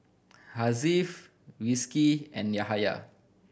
Hasif Rizqi and Yahaya